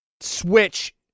Switch